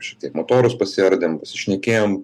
šitiek motorus pasiardėm pasišnekėjom